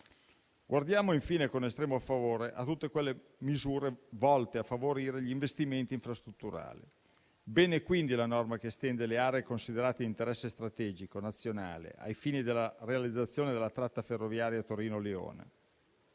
Guardiamo infine con estremo favore a tutte quelle misure volte a favorire gli investimenti infrastrutturali. Bene, quindi, la norma che estende le aree considerate di interesse strategico nazionale ai fini della realizzazione della tratta ferroviaria Torino-Lione.